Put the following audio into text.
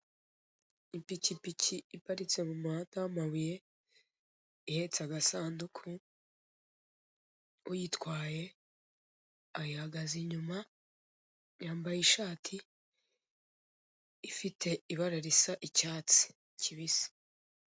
Ipikipiki iparitse mu muhanda w'amabuye, ihetse agasanduku, uyitwaye ayihagaze inyuma, yambaye ishati ifite ibara risa icyatsi kibisi.